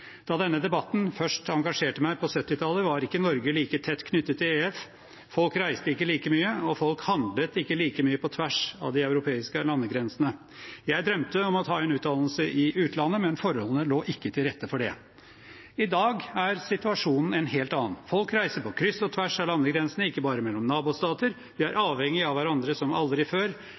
Da denne debatten først engasjerte meg på 1970-tallet, var ikke Norge like tett knyttet til EF, folk reiste ikke like mye, og folk handlet ikke like mye på tvers av de europeiske landegrensene. Jeg drømte om å ta en utdannelse i utlandet, men forholdene lå ikke til rette for det. I dag er situasjonen en helt annen. Folk reiser på kryss og tvers av landegrensene, ikke bare mellom nabostater. Vi er avhengige av hverandre som aldri før.